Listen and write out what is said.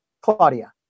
Claudia